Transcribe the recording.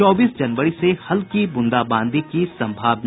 चौबीस जनवरी से हल्की बूंदाबांदी की सम्भावना